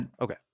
Okay